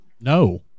no